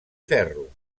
ferro